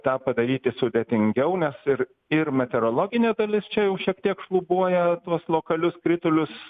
tą padaryti sudėtingiau nes ir ir meteorologinė dalis čia jau šiek tiek šlubuoja tuos lokalius kritulius